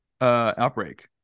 Outbreak